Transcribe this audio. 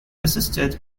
assisted